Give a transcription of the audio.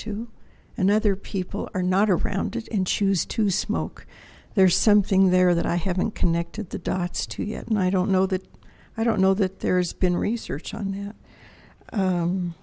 to and other people are not around it and choose to smoke there's something there that i haven't connected the dots to yet and i don't know that i don't know that there's been research on that